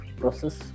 process